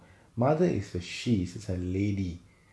mother is a she is a lady